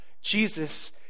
Jesus